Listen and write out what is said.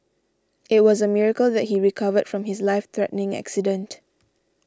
it was a miracle that he recovered from his life threatening accident